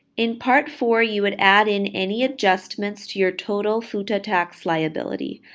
in part four, you would add in any adjustments to your total futa tax liability.